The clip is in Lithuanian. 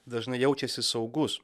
dažnai jaučiasi saugus